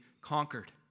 conquered